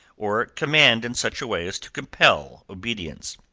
or command in such a way as to compel obedience.